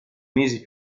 mesi